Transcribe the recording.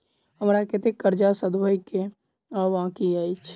हमरा कतेक कर्जा सधाबई केँ आ बाकी अछि?